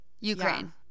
ukraine